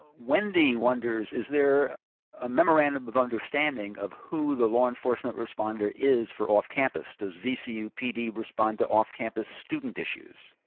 wendy wonders, is there a memorandum of but understanding of who the law enforcement responder is for off-campus? does vcu pd respond to off-campus student issues?